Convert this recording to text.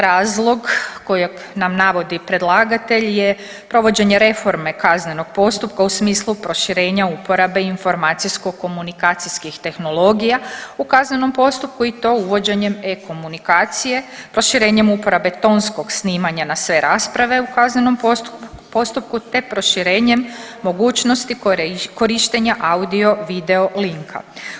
Razlog kojeg nam navodi predlagatelj je provođenje reforme kaznenog postupka u smislu proširenja uporabe informacijsko komunikacijskih tehnologija u kaznenom postupku i to uvođenjem e-komunikacije, proširenjem uporabe tonskog snimanja na sve rasprave u kaznenom postupku te proširenjem mogućnosti korištenja audio-video linka.